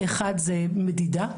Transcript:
אחד זה מדידה,